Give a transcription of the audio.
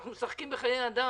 אנחנו משחקים בחיי אדם,